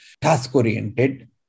task-oriented